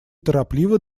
торопливо